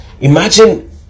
Imagine